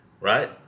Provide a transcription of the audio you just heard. right